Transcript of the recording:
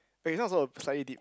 okay this one also uh slightly deep